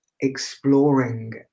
exploring